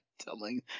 telling